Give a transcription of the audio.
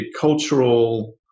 cultural